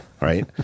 right